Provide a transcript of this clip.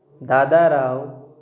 दादा राव